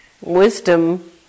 wisdom